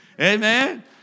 amen